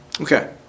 Okay